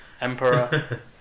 emperor